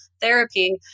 therapy